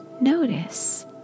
notice